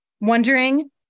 wondering